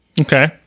Okay